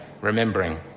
remembering